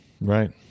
Right